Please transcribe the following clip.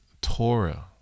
Torah